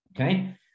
okay